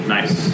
Nice